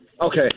okay